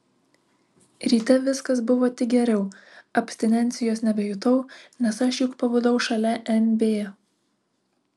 ryte viskas buvo tik geriau abstinencijos nebejutau nes aš juk pabudau šalia mb